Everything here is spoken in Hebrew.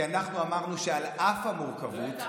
כי אנחנו אמרנו שעל אף המורכבות,